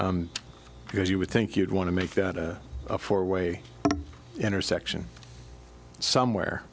because you would think you'd want to make that a four way intersection somewhere